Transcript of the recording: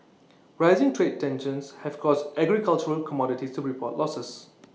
rising trade tensions have caused agricultural commodities to report losses